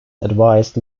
advised